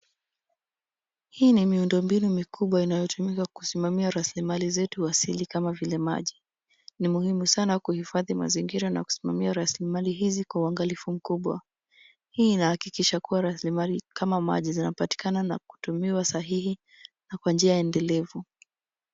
Hii ni miundombinu mikubwa inayotumika kusimamia rasili mali zetu asili kama vile maji. Ni muhimu sana kuhifadhi mazingira na kusimamia rasili mali hizi kwa uangalifu mkubwa. Hii inahakikisha kuwa rasilimali kama maji, zinapatikana na kutumiwa sahihi na kwa njia endelevu.